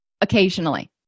occasionally